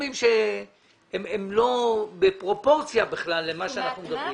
סכומים שהם לא בפרופורציה למה שאנחנו מדברים.